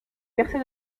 percé